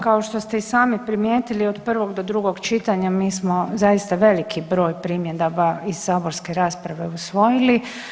Kao što ste i sami primijetili od prvog do drugog čitanja mi smo zaista veliki broj primjedaba iz saborske rasprave usvojili.